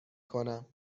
کنم